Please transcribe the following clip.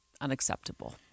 unacceptable